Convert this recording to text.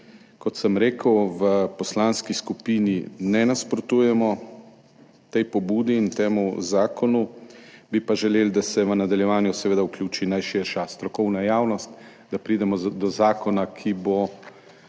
Kot sem rekel, v poslanski skupini ne nasprotujemo tej pobudi in temu zakonu, bi pa želeli, da se v nadaljevanju seveda vključi najširša strokovna javnost, da pridemo do zakona, ki bo,